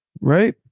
right